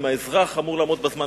אם האזרח אמור לעמוד בזמן,